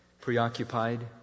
preoccupied